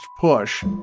push